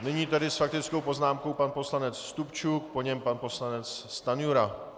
Nyní tedy s faktickou poznámkou pan poslanec Stupčuk, po něm pan poslanec Stanjura.